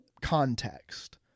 context